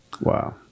wow